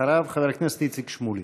אחריו, חבר הכנסת איציק שמולי.